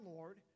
Lord